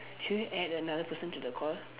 should we add another person to the call